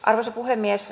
arvoisa puhemies